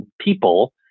People